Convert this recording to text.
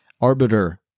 arbiter